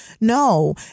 No